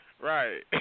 right